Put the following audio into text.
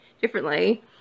differently